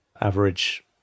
average